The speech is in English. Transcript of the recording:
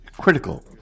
Critical